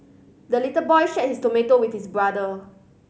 the little boy shared his tomato with his brother